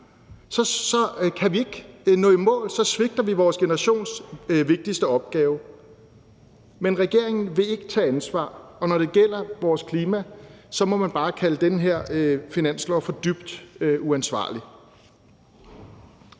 så kan vi ikke nå i mål, og så svigter vi vores generations vigtigste opgave. Men regeringen vil ikke tage ansvar, og når det gælder vores klima, må man bare kalde det her finanslovsforslag for dybt uansvarligt.